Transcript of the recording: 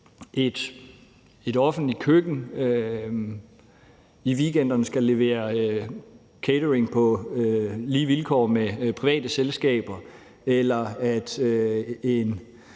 et offentligt køkken i weekenderne skal levere catering på lige vilkår med private selskaber, eller at en